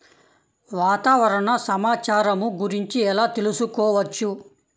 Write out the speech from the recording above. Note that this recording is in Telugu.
వాతావరణ సమాచారము గురించి ఎలా తెలుకుసుకోవచ్చు?